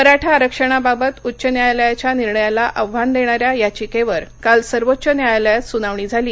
मराठा आरक्षणाबाबत उच्च न्यायालयाच्या निर्णयाला आव्हान देणाऱ्या याचिकेवर काल सर्वोच्च न्यायालयात सुनावणी झाली